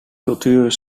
culturen